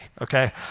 okay